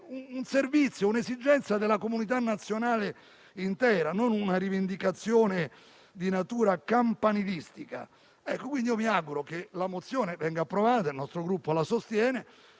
un servizio e un'esigenza della comunità nazionale intera e non una rivendicazione di natura campanilistica. Mi auguro che la mozione in esame venga approvata - il nostro Gruppo la sostiene